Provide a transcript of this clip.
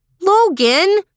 Logan